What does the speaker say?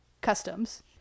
customs